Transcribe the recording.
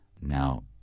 Now